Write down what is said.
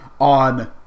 On